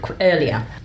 earlier